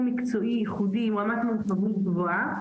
בתחום מקצועי ייחודי, עם רמת מורכבות גבוהה.